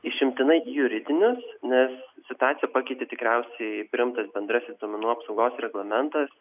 išimtinai juridinius nes situaciją pakeitė tikriausiai priimtas bendrasis duomenų apsaugos reglamentas